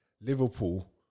Liverpool